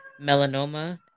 melanoma